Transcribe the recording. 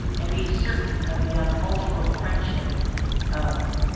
and be certain of the unalterable friendship of